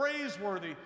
praiseworthy